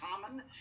common